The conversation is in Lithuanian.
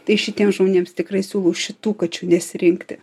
tai šitiems žmonėms tikrai siūlau šitų kačių nesirinkti